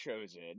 chosen